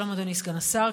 שלום, אדוני סגן השר.